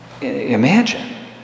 imagine